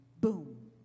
boom